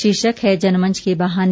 शीर्षक है जनमंच के बहाने